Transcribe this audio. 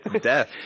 Death